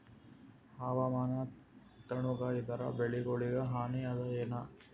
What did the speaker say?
ಹವಾಮಾನ ತಣುಗ ಇದರ ಬೆಳೆಗೊಳಿಗ ಹಾನಿ ಅದಾಯೇನ?